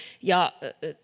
ja